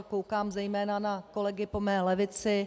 Koukám zejména na kolegy po mé levici.